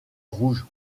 rouge